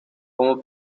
como